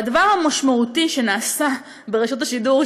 והדבר המשמעותי שנעשה ברשות השידור,